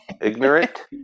ignorant